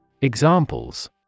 Examples